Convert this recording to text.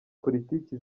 politiki